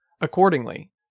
Accordingly